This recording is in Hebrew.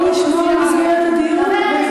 בוא נשמור על מסגרת הדיון,